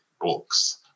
books